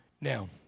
Now